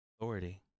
Authority